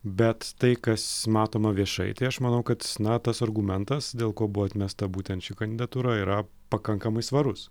bet tai kas matoma viešai tai aš manau kad na tas argumentas dėl ko buvo atmesta būtent ši kandidatūra yra pakankamai svarus